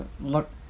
look